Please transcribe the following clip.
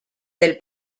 del